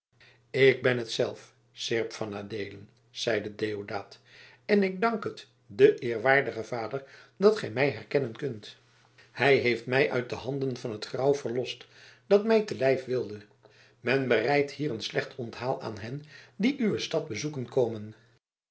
ik ben het zelf seerp van adeelen zeide deodaat en ik dank het den eerwaardigen vader dat gij mij herkennen kunt hij heeft mij uit de handen van het grauw verlost dat mij te lijf wilde men bereidt hier een slecht onthaal aan hen die uwe stad bezoeken komen